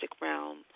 realm